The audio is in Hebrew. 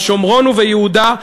בשומרון וביהודה,